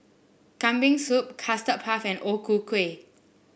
Kambing Soup Custard Puff and O Ku Kueh